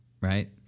right